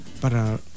para